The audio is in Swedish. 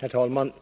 Herr talman!